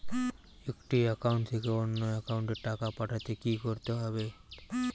একটি একাউন্ট থেকে অন্য একাউন্টে টাকা পাঠাতে কি করতে হবে?